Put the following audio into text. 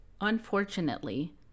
Unfortunately